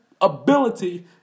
ability